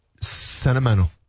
Sentimental